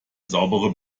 saubere